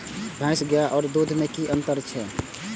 भैस और गाय के दूध में कि अंतर छै?